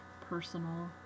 personal